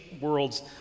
world's